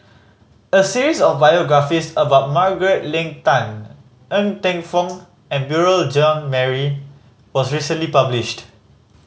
a series of biographies about Margaret Leng Tan Ng Teng Fong and Beurel Jean Marie was recently published